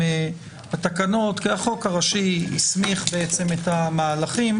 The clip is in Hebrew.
לתקנות כי החוק הראשי הסמיך את המהלכים.